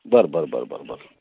बरं बरं बरं बरं बरं